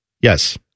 Yes